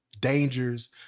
dangers